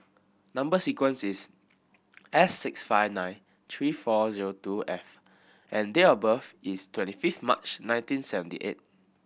number sequence is S six five nine three four zero two F and date of birth is twenty fifth March nineteen seventy eight